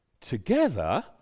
Together